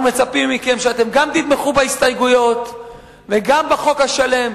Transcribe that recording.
ואנחנו מצפים מכם שאתם תתמכו גם בהסתייגויות וגם בחוק השלם,